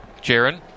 Jaron